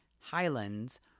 Highlands